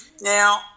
Now